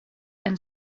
and